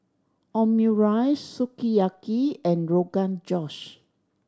Omurice Sukiyaki and Rogan Josh